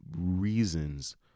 reasons